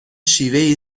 شیوهای